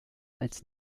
als